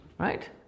Right